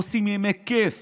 עושים ימי כיף